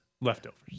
leftovers